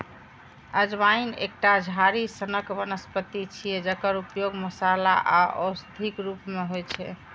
अजवाइन एकटा झाड़ी सनक वनस्पति छियै, जकर उपयोग मसाला आ औषधिक रूप मे होइ छै